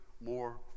more